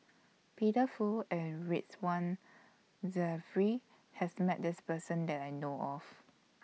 Peter Fu and Ridzwan Dzafir has Met This Person that I know of